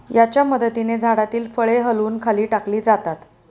याच्या मदतीने झाडातील फळे हलवून खाली टाकली जातात